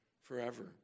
forever